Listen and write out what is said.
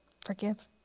Forgive